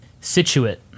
Situate